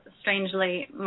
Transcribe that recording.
strangely